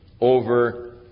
over